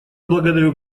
благодарю